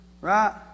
right